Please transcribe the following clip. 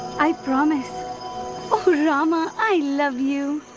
i promise! oh rama, i love you!